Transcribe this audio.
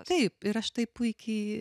taip ir aš tai puikiai